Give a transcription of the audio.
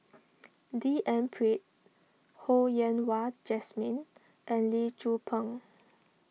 D N Pritt Ho Yen Wah Jesmine and Lee Tzu Pheng